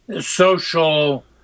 social